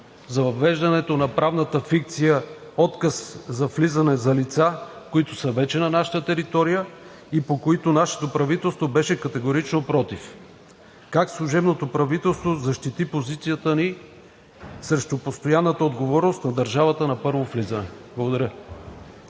за въвеждането на правната фикция отказ за влизане за лица, които са вече на нашата територия и по които нашето правителство беше категорично против? Как служебното правителство защити позицията ни срещу постоянната отговорност на държавата на първо влизане? Благодаря.